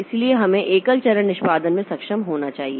इसलिए हमें एकल चरण निष्पादन में सक्षम होना चाहिए